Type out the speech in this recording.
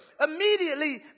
immediately